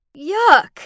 Yuck